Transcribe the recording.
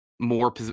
More